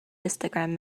histogram